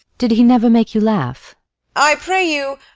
did he never make you laugh i pray you,